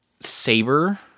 Saber